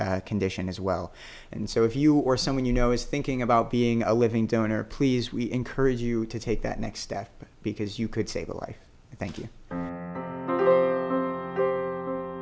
that condition as well and so if you or someone you know is thinking about being a living donor please we encourage you to take that next step because you could save a life thank you